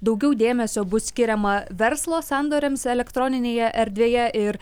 daugiau dėmesio bus skiriama verslo sandoriams elektroninėje erdvėje ir